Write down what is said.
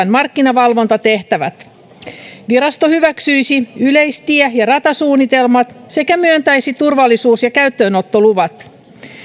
markkinavalvontatehtävät virasto hyväksyisi yleis tie ja ratasuunnitelmat sekä myöntäisi turvallisuus ja käyttöönottoluvat